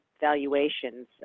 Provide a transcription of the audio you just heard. valuations